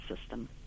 system